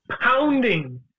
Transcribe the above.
pounding